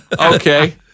Okay